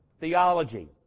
theology